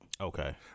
Okay